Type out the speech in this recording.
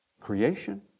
Creation